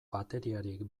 bateriarik